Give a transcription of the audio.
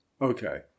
Okay